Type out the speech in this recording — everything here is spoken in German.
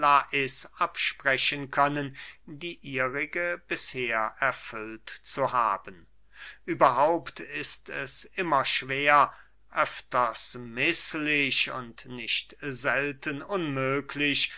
absprechen können die ihrige bisher erfüllt zu haben überhaupt ist es immer schwer öfters mißlich und nicht selten unmöglich